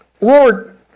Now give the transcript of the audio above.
Lord